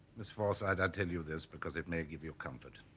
miss forsyte i tell you this because it may give you comfort